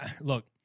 look